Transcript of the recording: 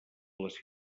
les